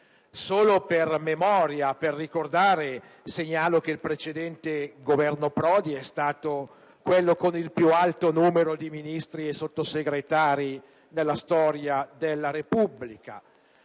Solo per memoria, segnalo che il precedente Governo Prodi è stato quello con il più alto numero di Ministri e Sottosegretari nella storia della Repubblica.